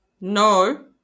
No